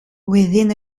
within